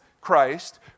Christ